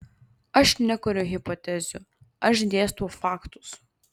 aš nekuriu hipotezių aš dėstau faktus